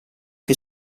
che